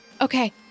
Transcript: Okay